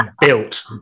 built